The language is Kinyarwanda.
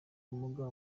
ubumuga